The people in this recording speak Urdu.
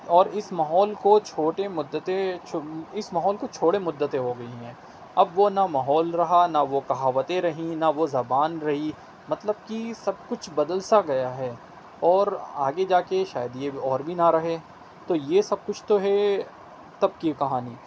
اور اس ماحول کو چھوٹے مدتے اس ماحول کو چھوڑے مدتیں ہو گئی ہیں اب وہ نہ ماحول رہا نہ وہ کہاوتیں رہیں نہ وہ زبان رہی مطلب کہ سب کچھ بدل سا گیا ہے اور آگے جا کے شاید یہ اور بھی نہ رہے تو یہ سب کچھ تو ہے تب کی کہانی